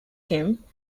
kemp